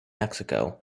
mexico